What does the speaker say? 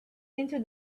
into